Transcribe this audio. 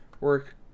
work